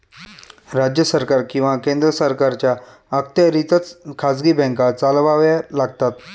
राज्य सरकार किंवा केंद्र सरकारच्या अखत्यारीतच खाजगी बँका चालवाव्या लागतात